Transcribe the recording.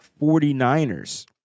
49ers